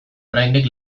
oraindik